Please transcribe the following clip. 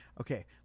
okay